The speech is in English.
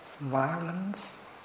violence